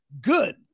good